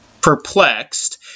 perplexed